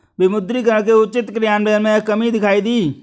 विमुद्रीकरण के उचित क्रियान्वयन में कमी दिखाई दी